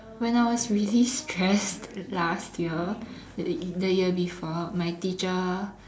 when I was really stressed last year the year before my teacher